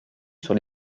sur